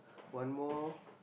one more